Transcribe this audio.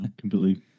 completely